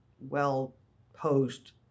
well-posed